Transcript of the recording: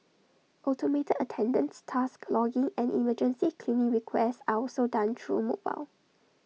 automated attendance task logging and emergency cleaning requests are also done through mobile